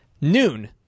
Noon